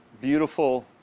beautiful